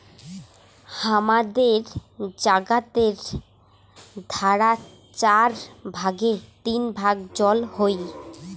হামাদের জাগাতের ধারা চার ভাগের তিন ভাগ জল হই